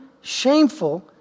shameful